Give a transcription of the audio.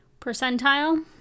percentile